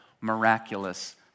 miraculous